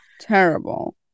Terrible